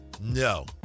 No